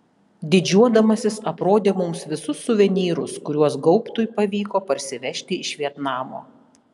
didžiuodamasis aprodė mums visus suvenyrus kuriuos gaubtui pavyko parsivežti iš vietnamo